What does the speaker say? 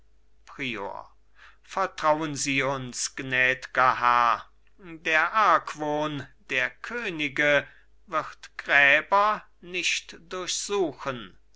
prior vertrauen sie uns gnädger herr der argwohn der könige wird gräber nicht durchsuchen